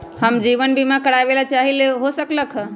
हम जीवन बीमा कारवाबे के चाहईले, हो सकलक ह?